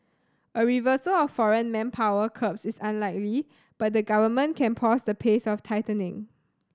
a reversal of foreign manpower curbs is unlikely but the Government can pause the pace of tightening